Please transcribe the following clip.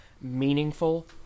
meaningful